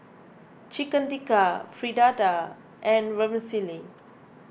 Chicken Tikka Fritada and Vermicelli